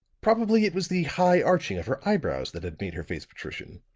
probably it was the high arching of her eyebrows that had made her face patrician